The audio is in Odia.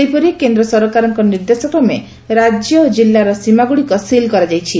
ସେହିପରି କେନ୍ଦ୍ର ସରକାରଙ୍କ ନିର୍ଦ୍ଦେଶ କ୍ରମେ ରାଜ୍ୟ ଓ ଜିଲ୍ଲାର ସୀମାଗୁଡିକ ସିଲ କରାଯାଇଛି